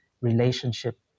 relationship